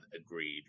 agreed